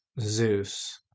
Zeus